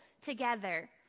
together